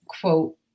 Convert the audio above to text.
quote